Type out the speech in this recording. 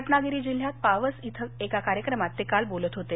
रत्नागिरी जिल्ह्यात पावस इथं एका कार्यक्रमात ते काल बोलत होते